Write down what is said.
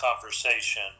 conversation